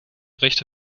rechte